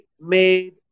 made